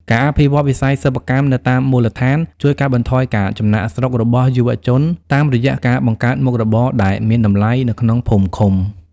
ការអភិវឌ្ឍវិស័យសិប្បកម្មនៅតាមមូលដ្ឋាន ជួយកាត់បន្ថយការចំណាកស្រុករបស់យុវជនតាមរយៈការបង្កើតមុខរបរដែលមានតម្លៃនៅក្នុងភូមិឃុំ។